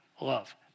love